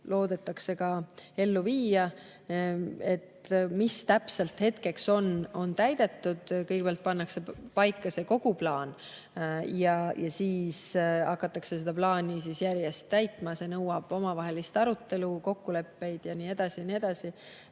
loodetakse ka ellu viia. Mis täpselt praeguseks on täidetud? Kõigepealt pannakse paika kogu plaan ja siis hakatakse seda plaani järjest täitma. See nõuab omavahelist arutelu, kokkuleppeid ja nii edasi, ja nii edasi,